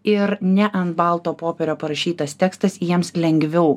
ir ne ant balto popierio parašytas tekstas jiems lengviau